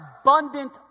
abundant